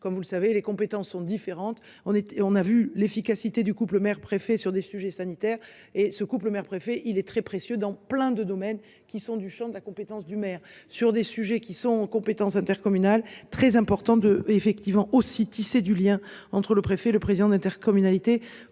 comme vous le savez les compétences sont différentes. On était, on a vu l'efficacité du couple mère préfet sur des sujets sanitaires et ce couple mère-préfet il est très précieux dans plein de domaines qui sont du Champ de la compétence du maire sur des sujets qui sont compétence intercommunale très important de effectivement aussi tisser du lien entre le préfet, le président d'intercommunalités.